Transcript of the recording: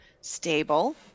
stable